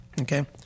Okay